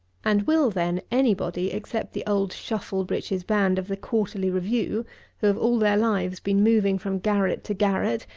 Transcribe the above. and will, then, any body, except the old shuffle-breeches band of the quarterly review, who have all their lives been moving from garret to garret,